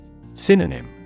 Synonym